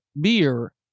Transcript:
beer